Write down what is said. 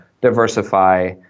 diversify